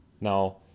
Now